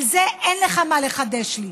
על זה אין לך מה לחדש לי.